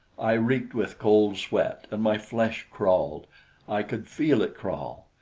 i reeked with cold sweat, and my flesh crawled i could feel it crawl.